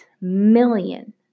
million